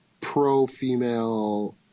pro-female